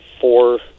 four